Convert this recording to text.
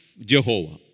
Jehovah